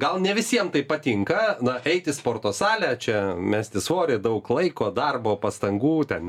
gal ne visiem tai patinka na eit į sporto salę čia mesti svorį daug laiko darbo pastangų ten